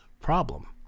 problem